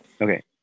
Okay